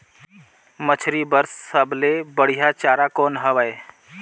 मछरी बर सबले बढ़िया चारा कौन हवय?